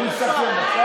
מי מסכם, אתה